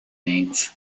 mainz